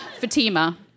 Fatima